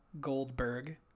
Goldberg